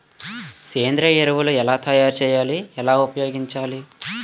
సేంద్రీయ ఎరువులు ఎలా తయారు చేయాలి? ఎలా ఉపయోగించాలీ?